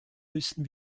müssen